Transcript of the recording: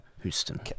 Houston